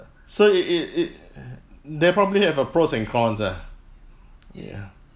so it it it uh there probably have a pros and cons ah ya